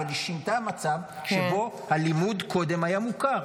היא שינתה את המצב הקודם שבו הלימוד היה מוכר.